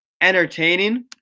entertaining